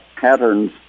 patterns